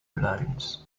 loans